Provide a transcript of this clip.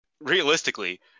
realistically